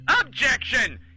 Objection